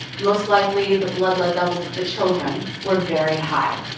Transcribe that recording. most likely the blood lead levels of the children were very high.